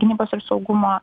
gynybos ir saugumo